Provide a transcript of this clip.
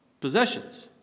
possessions